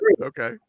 Okay